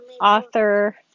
author